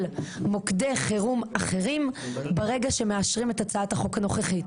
מוקדי חירום אחרים ברגע שמאשרים את הצעת החוק הנוכחית.